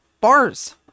bars